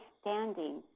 standing